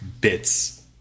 bits